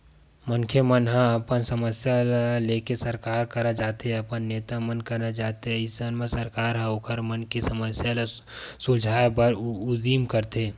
मनखे मन ह अपन समस्या ल लेके सरकार करा जाथे अपन नेता मन करा जाथे अइसन म सरकार ह ओखर मन के समस्या ल सुलझाय बर उदीम करथे